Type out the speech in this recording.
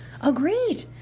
Agreed